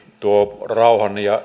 tuo rauhan ja